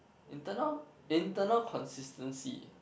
internal internal consistency